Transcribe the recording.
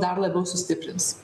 dar labiau sustiprins